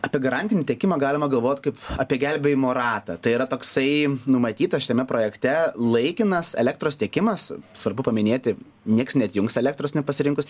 apie garantinį tiekimą galima galvot kaip apie gelbėjimo ratą tai yra toksai numatytas šiame projekte laikinas elektros tiekimas svarbu paminėti nieks neatjungs elektros nepasirinkus